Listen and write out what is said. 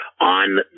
on